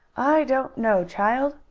i don't know, child,